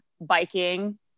biking